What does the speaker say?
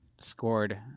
scored